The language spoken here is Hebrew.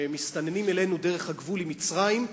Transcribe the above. שמסתננים אלינו דרך הגבול עם מצרים,